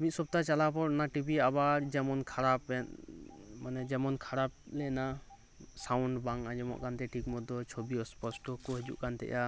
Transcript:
ᱢᱤᱫ ᱥᱚᱯᱛᱟᱦᱚ ᱪᱟᱞᱟᱣᱯᱚᱨ ᱚᱱᱟ ᱴᱤᱵᱷᱤ ᱟᱵᱟᱨ ᱡᱮᱢᱚᱱ ᱠᱷᱟᱨᱟᱯ ᱞᱮᱱᱟ ᱢᱟᱱᱮ ᱡᱮᱢᱚᱱ ᱠᱷᱟᱨᱟᱯ ᱞᱮᱱᱟ ᱥᱟᱣᱩᱱ ᱵᱟᱝ ᱟᱸᱡᱚᱢᱚᱜ ᱠᱟᱱᱛᱟᱦᱮᱱᱟ ᱴᱷᱤᱠ ᱢᱚᱛᱚ ᱪᱷᱚᱵᱤ ᱚᱥᱯᱚᱥᱴᱚ ᱠᱚ ᱦᱤᱡᱩᱜ ᱠᱟᱱᱛᱟᱦᱮᱸᱫᱼᱟ